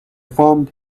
formed